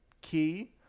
key